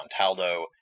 Montaldo